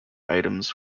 items